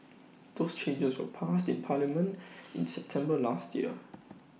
those changes were passed in parliament in September last year